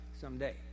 someday